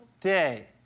day